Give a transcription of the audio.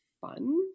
fun